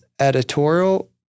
editorial